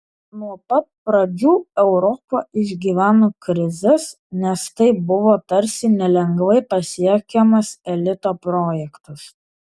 nuo pat pradžių europa išgyveno krizes nes tai buvo tarsi nelengvai pasiekiamas elito projektas